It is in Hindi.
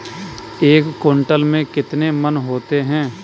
एक क्विंटल में कितने मन होते हैं?